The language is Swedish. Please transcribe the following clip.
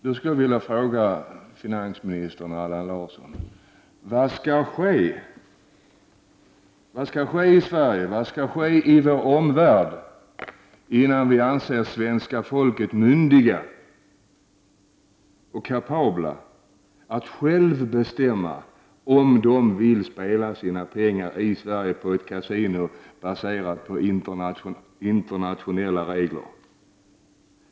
Jag vill fråga finansminister Allan Larsson vad som skall ske i Sverige och i vår omvärld innan vi anser att svenska folket är myndigt och kapabelt att självt bestämma om det vill spela sina pengar i Sverige på ett kasino baserat på internationella regler.